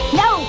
no